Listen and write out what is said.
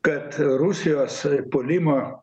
kad rusijos puolimo